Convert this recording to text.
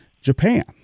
Japan